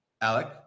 Alec